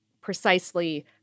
precisely